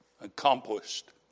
accomplished